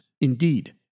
Indeed